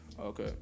okay